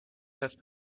have